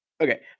Okay